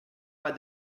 pas